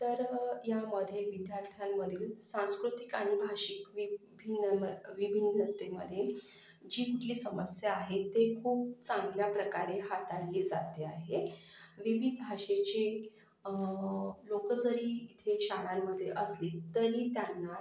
तर यामध्ये विद्यार्थ्यांमधील सांस्कृतिक आणि भाषिक विभिन्न म विभिन्नतेमध्ये जी जी समस्या आहेत ते खूप चांगल्या प्रकारे हाताळली जाते आहे विविध भाषेचे लोक जरी इथे शाळांमध्ये असली तरी त्यांना